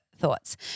thoughts